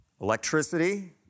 electricity